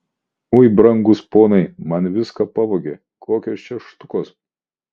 ui brangūs ponai man viską pavogė kokios čia štukos